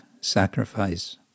sacrifice